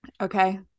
okay